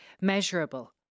measurable